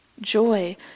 Joy